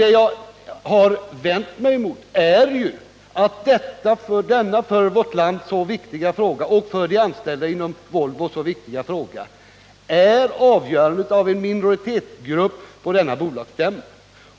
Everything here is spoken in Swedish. Det jag har vänt mig mot är att denna för vårt land och för de anställda inom Volvo så viktiga fråga är beroende av avgörandet hos en minoritetsgrupp på bolagsstämman.